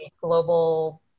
global